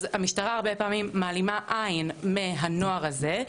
אז המשטרה הרבה פעמים מעלימה עין מהנוער הזה,